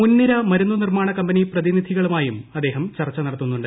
മുൻനിര മരുന്നു നിർമ്മാണ കമ്പനി പ്രതിനിധികളുമായും അദ്ദേഹം ചർച്ച നടത്തുന്നുണ്ട്